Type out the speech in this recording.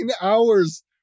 hours